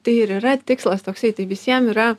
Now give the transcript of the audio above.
tai ir yra tikslas toksai tai visiem yra